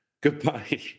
Goodbye